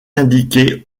indiquée